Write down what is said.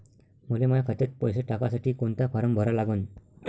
मले माह्या खात्यात पैसे टाकासाठी कोंता फारम भरा लागन?